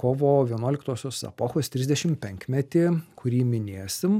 kovo vienuoliktosios epochos trisdešim penkmetį kurį minėsim